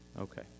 Okay